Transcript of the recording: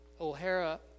O'Hara